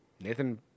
Nathan